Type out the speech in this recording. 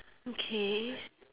okay